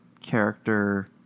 character